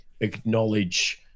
acknowledge